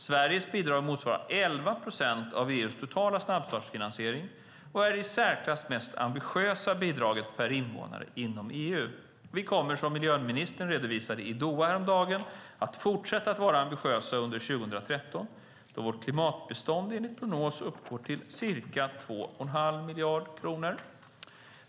Sveriges bidrag motsvarar 11 procent av EU:s totala snabbstartsfinansiering och är det i särklass mest ambitiösa bidraget per invånare inom EU. Vi kommer, som miljöministern redovisade i Doha häromdagen, att fortsätta att vara ambitiösa under 2013, då vårt klimatbistånd enligt prognos uppgår till ca 2 1⁄2 miljard kronor.